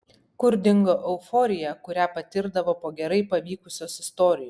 kur dingo euforija kurią patirdavo po gerai pavykusios istorijos